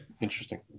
interesting